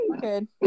Good